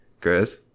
Chris